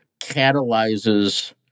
catalyzes